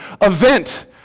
event